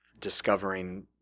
discovering